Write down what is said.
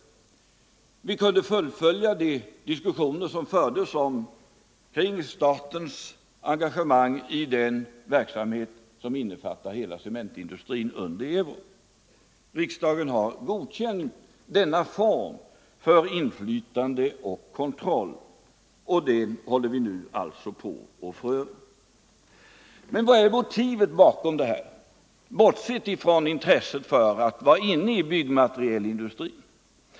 Vi kunde fullfölja de diskussioner som fördes omkring statens engagemang i den verksamhet som innefattar hela cementindustrin under Euroc. Riksdagen har godkänt denna form för inflytande och kontroll, och nu håller vi alltså på med den. Men vad är motivet bakom det här, bortsett från intresset för att vara inne i byggmaterialindustrin?